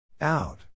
Out